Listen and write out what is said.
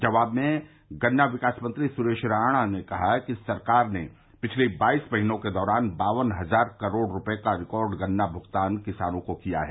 जवाब में गन्ना विकास मंत्री सुरेश राणा ने कहा कि राज्य सरकार ने पिछले बाईस महीने के दौरान बावन हज़ार करोड़ रूपये का रिकार्ड गन्ना भुगतान किसानों को किया है